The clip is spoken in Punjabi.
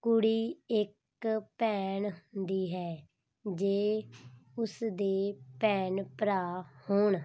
ਕੁੜੀ ਇੱਕ ਭੈਣ ਹੁੰਦੀ ਹੈ ਜੇ ਉਸਦੇ ਭੈਣ ਭਰਾ ਹੋਣ